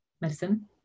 medicine